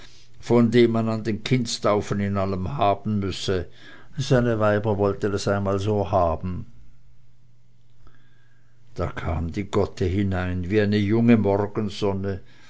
von dem man an den kindstaufen in allem haben müsse seine weiber wollten es einmal so haben da kam die gotte hinein wie eine junge morgensonne